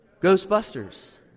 Ghostbusters